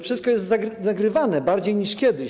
Wszystko jest nagrywane bardziej niż kiedyś.